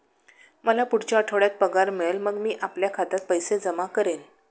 मला पुढच्या आठवड्यात पगार मिळेल मग मी आपल्या खात्यात पैसे जमा करेन